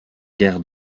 guerres